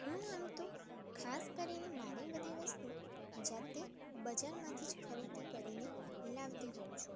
હું આમ તો ખાસ કરીને મારી બધી વસ્તુ જાતે બજારમાંથી જ ખરીદી કરીને લાવતી હોઉ છું